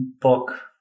book